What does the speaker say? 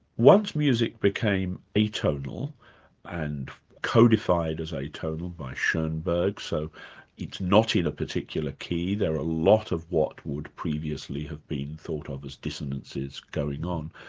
once music became atonal and codified as atonal by schoenberg so it's not in a particular key, there are a lot of what would previously have been thought of as dissonances going on,